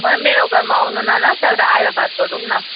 मलाई मेरो घरमा आउनु न ल त्यहाँबाट आएर बात गरौँ न